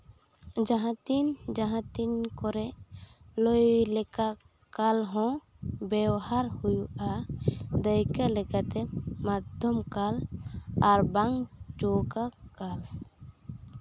ᱡᱟᱦᱟᱸ ᱛᱤᱱ ᱡᱟᱦᱟᱸ ᱛᱤᱱ ᱠᱚᱨᱮ ᱞᱟᱹᱭ ᱞᱮᱠᱟ ᱠᱟᱞ ᱦᱚᱸ ᱵᱮᱣᱦᱟᱨ ᱦᱩᱭᱩᱜᱼᱟ ᱫᱟᱹᱭᱠᱟᱹ ᱞᱮᱠᱟᱛᱮ ᱢᱚᱫᱽᱫᱷᱚᱢ ᱠᱟᱞ ᱟᱨ ᱵᱟᱝ ᱪᱳᱣᱠᱟ ᱠᱟᱞ